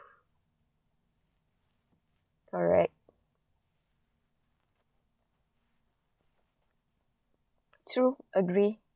correct true agree